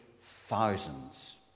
thousands